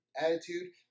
attitude